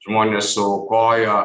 žmonės suaukojo